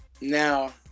now